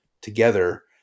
together